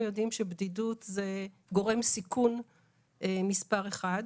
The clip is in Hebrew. יודעים שבדידות היא גורם הסיכון מספר אחד.